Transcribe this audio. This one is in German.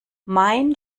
mein